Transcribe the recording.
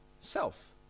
self